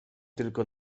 tylko